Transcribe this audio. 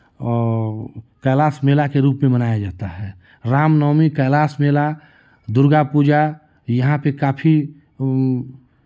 और कैलाश मेला के रूप में मनाया जाता है राम नवमी कैलाश मेला दुर्गा पूजा यहाँ पे काफी